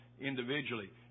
individually